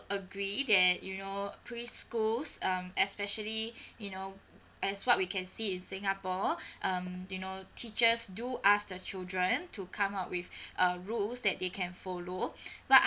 agree that you know preschools um especially you know as what we can see in singapore um you know teachers do ask their children to come up with uh rules that they can follow but